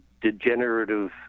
degenerative